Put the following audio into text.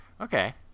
Okay